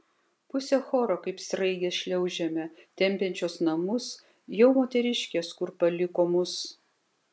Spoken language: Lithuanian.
pusė choro kaip sraigės šliaužiame tempiančios namus jau moteriškės kur paliko mus